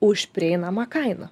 už prieinamą kainą